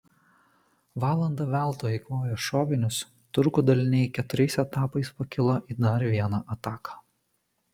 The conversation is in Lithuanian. valandą veltui eikvoję šovinius turkų daliniai keturiais etapais pakilo į dar vieną ataką